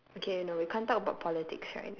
okay no we can't talk about politics right